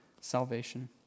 salvation